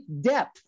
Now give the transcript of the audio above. depth